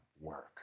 work